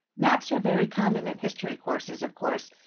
maps are very common in history courses, of course,